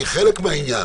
היא חלק מהעניין,